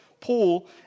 Paul